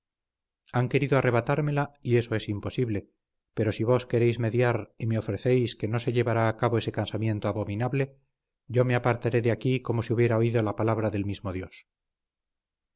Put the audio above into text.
han querido arrebatármela y eso es imposible pero si vos queréis mediar y me ofrecéis que no se llevará a cabo ese casamiento abominable yo me apartaré de aquí como si hubiera oído la palabra del mismo dios